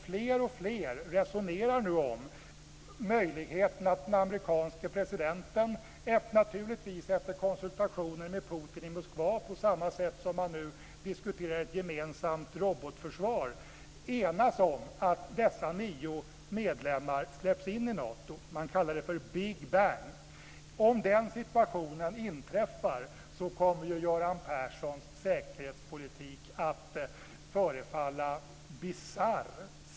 Fler och fler resonerar nu om möjligheten att den amerikanske presidenten - naturligtvis efter konsultationer med Putin i Moskva på samma sätt som man nu diskuterar ett gemensamt robotförsvar - kommer att förorda att dessa nio medlemmar släpps in i Nato. Man kallar detta för Big Om den situationen inträffar kommer Göran Perssons säkerhetspolitik att förefalla bisarr.